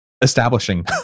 establishing